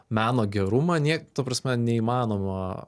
meno gerumą nė ta prasme neįmanoma